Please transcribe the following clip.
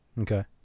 Okay